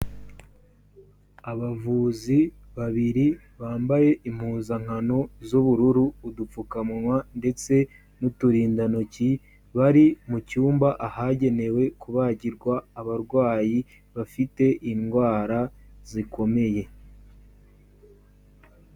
Abavuzi babiri bambaye impuzankano z'ubururu, udupfukamunwa ndetse n'uturindantoki, bari mu cyumba ahagenewe kubagirwa abarwayi bafite indwara zikomeye.